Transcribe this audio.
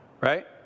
right